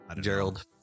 Gerald